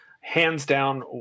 hands-down